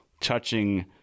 touching